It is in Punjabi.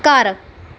ਘਰ